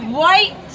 white